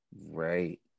right